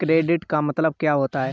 Credit का मतलब क्या होता है?